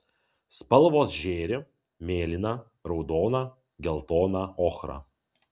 spalvos žėri mėlyna raudona geltona ochra